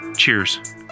Cheers